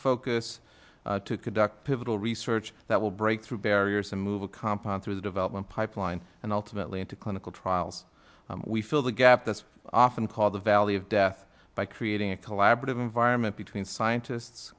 focus to conduct pivotal research that will break through barriers and move a compound through the development pipeline and ultimately into clinical trials we fill the gap that's often called the valley of death by creating a collaborative environment between scientists